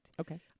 Okay